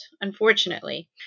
unfortunately